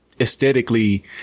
Aesthetically